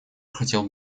хотел